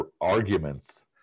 arguments